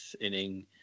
inning